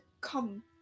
come